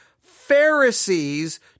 Pharisees